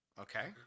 Okay